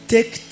Take